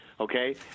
Okay